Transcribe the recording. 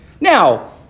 Now